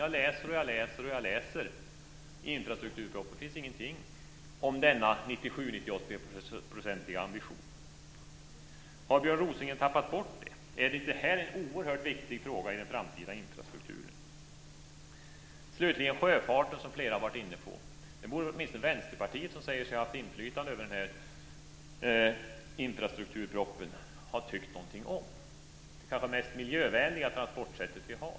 Jag läser och läser i infrastrukturpropositionen, men det finns ingenting där om denna ambition om 97-98 %. Har Björn Rosengren tappat bort detta? Är inte det här en oerhört viktig fråga i den framtida infrastrukturen? Slutligen vill jag beröra sjöfarten, som flera har varit inne på. Det borde väl åtminstone Vänsterpartiet, som säger sig ha haft inflytande över den här infrastrukturpropositionen, ha tyckt någonting om. Det är ju det kanske mest miljövänliga transportsättet vi har.